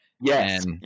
Yes